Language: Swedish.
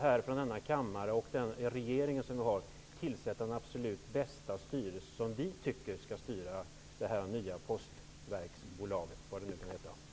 Men vi i denna kammare och regeringen skall tillsätta den enligt vår mening absolut bästa styrelsen för det här nya postverksbolaget -- vad det nu kommer att heta.